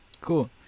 Cool